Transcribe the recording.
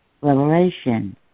revelation